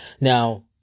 Now